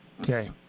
Okay